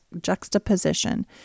juxtaposition